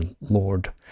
lord